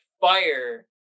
fire